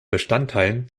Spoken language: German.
bestandteilen